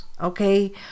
okay